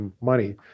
money